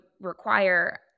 require